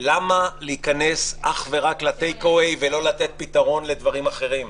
למה להיכנס אך ורק ל-take away ולא לתת פתרון לדברים אחרים?